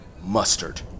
Mustard